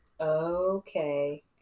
okay